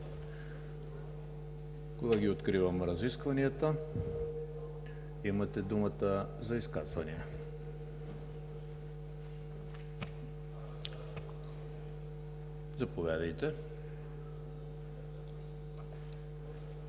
Колеги, откривам разискванията, имате думата за изказвания. Заповядайте,